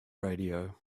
radio